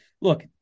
look